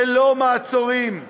ללא מעצורים.